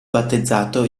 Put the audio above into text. battezzato